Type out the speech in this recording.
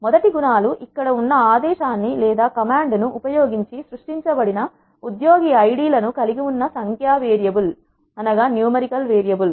మొదటి గుణాలు ఇక్కడ ఉన్న ఆదేశాన్ని ఉపయోగించి సృష్టించబడిన ఉద్యోగి ఐడీ లను కలిగి ఉన్న సంఖ్య వేరియబుల్